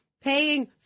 paying